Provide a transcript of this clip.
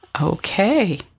Okay